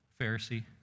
Pharisee